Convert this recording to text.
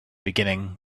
beginning